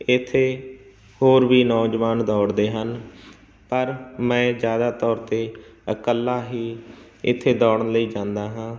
ਇੱਥੇ ਹੋਰ ਵੀ ਨੌਜਵਾਨ ਦੌੜਦੇ ਹਨ ਪਰ ਮੈਂ ਜ਼ਿਆਦਾ ਤੌਰ 'ਤੇ ਇਕੱਲਾ ਹੀ ਇੱਥੇ ਦੌੜਨ ਲਈ ਜਾਂਦਾ ਹਾਂ